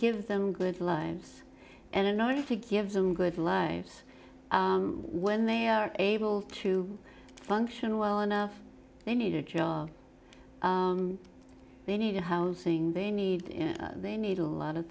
give them good lives and in order to give them good lives when they are able to function well enough they need it you know they need housing they need they need a lot of